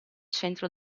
centro